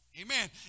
Amen